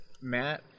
Matt